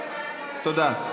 תודה.